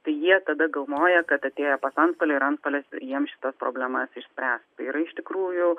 tai jie tada galvoja kad atėję pas antstolį ir antstolis jiems šitas problemas išspręs tai yra iš tikrųjų